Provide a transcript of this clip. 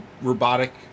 robotic